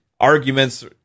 arguments